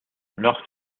leur